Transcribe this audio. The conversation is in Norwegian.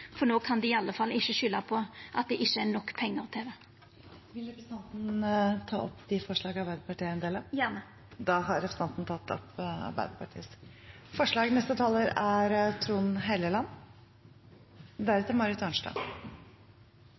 No kan dei i alle fall ikkje skulda på at det ikkje er nok pengar til det. Eg tek til slutt opp forslaga Arbeidarpartiet er ein del av. Representanten Hadia Tajik har tatt opp de forslagene hun refererte til. Jeg er